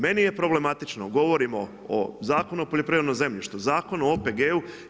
Meni je problematično, govorimo o Zakonu o poljoprivrednom zemljištu, Zakon o OPG-u.